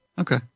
Okay